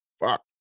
fuck